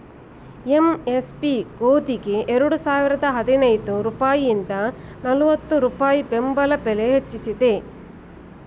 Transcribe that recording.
MSP ಗೋದಿಗೆ ಎರಡು ಸಾವಿರದ ಹದಿನೈದು ರೂಪಾಯಿಂದ ನಲ್ವತ್ತು ರೂಪಾಯಿ ಬೆಂಬಲ ಬೆಲೆ ಹೆಚ್ಚಿಸಿದೆ